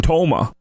Toma